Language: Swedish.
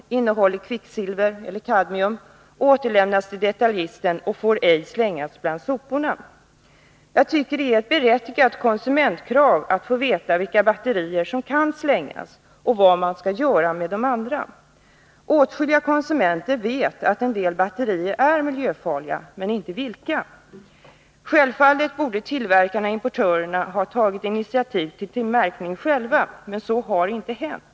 Innehåller kvicksilver eller kadmium. Återlämnas till detaljisten och får ej slängas bland soporna. Jag tycker att det är ett berättigat konsumentkrav att få veta vilka batterier som kan slängas och vad man skall göra med de andra. Åtskilliga konsumenter vet att en del batterier är miljöfarliga, men inte vilka. Självfallet borde tillverkarna/importörerna själva ha tagit initiativ till märkning, men så har inte skett.